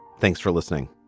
thanks for listening